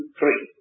three